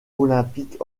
olympique